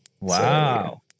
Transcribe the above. Wow